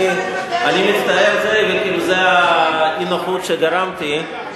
מה יש לך לחדש?